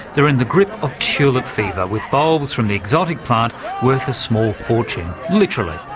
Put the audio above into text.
they're in the grip of tulip-fever, with bulbs from the exotic plant worth a small fortune, literally.